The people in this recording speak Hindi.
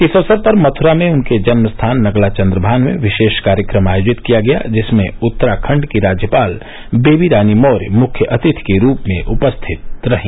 इस अवसर पर मथुरा में उनके जन्म स्थान नगला चन्द्रभान में विशेष कार्यक्रम आयोजित किया गया जिसमें उत्तराखण्ड की राज्यपाल बेबी रानी मौर्य मुख्य अतिथि के रूप में उपस्थित रहीं